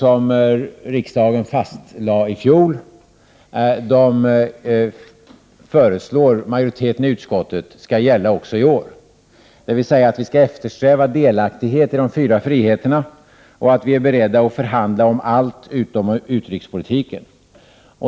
1988/89:129 — föreslår att de riktlinjer som riksdagen lade fast i fjol skall gälla även i år. Vii utskottsmajoriteten säger att vi skall eftersträva delaktighet i de fyra friheterna, och att vi är beredda att förhandla om allt förutom utrikespolitiken.